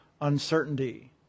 uncertainty